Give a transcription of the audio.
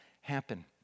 happen